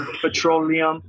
petroleum